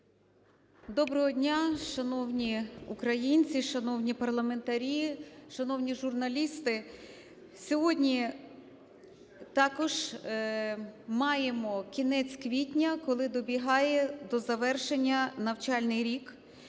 Доброго дня, шановні українців, шановні парламентарі, шановні журналісти! Сьогодні також маємо кінець квітня, коли добігає до завершення навчальний рік,